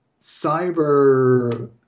cyber